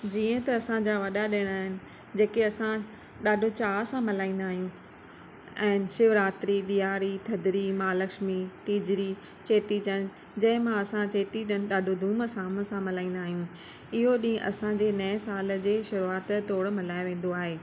जीअं त असांजा वॾा ॾिण आहिनि जेके असां ॾाढे चाह सां मल्हाईंदा आहियूं ऐं शिवरात्री ॾियारी थधिड़ी महालक्ष्मी टीजड़ी चेटीचंड जंहिं मां असां चेटीचंड ॾाढो धूम धाम सां मल्हाईंदा आहियूं इहो ॾींहुं असांजे नये साल जे शुरुआत जे तौर मल्हायो वेंदो आहे